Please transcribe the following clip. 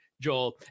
joel